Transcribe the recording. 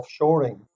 offshoring